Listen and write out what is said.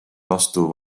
vastu